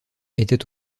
était